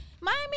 Miami